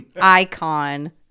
icon